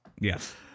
Yes